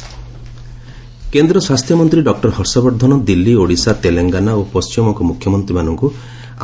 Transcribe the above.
health min Ayushman କେନ୍ଦ୍ର ସ୍ୱାସ୍ଥ୍ୟମନ୍ତ୍ରୀ doctor Harshvardhan Delhi Odisha Telangana ଓ ପଣ୍ଟିମବଙ୍ଗ ମୁଖ୍ୟମନ୍ତ୍ରୀମାନଙ୍କୁ